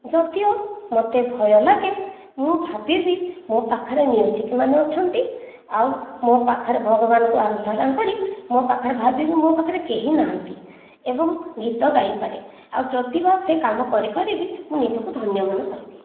ଯଦିଓ ମୋତେ ଭୟ ଲାଗେ ମୁଁ ଭାବିବି ମୋ' ପାଖରେ ମ୍ୟୁଜିକ୍ ମାନେ ଅଛନ୍ତି ଆଉ ମୋ' ପାଖରେ ଭଗବାନଙ୍କୁ ଆରଧନା କରି ମୋ' ପାଖରେ ଭାବିବି ମୋ' ପାଖରେ କେହି ନାହାନ୍ତି ଏବଂ ଗୀତ ଗାଇପାରେ ଆଉ ଯଦିବା ସେ କାମ କରିପାରିବି ମୁଁ ନିଜକୁ ଧନ୍ୟ ମନେ କରିବି